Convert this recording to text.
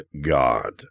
God